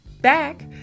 back